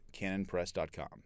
canonpress.com